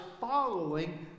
following